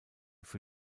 für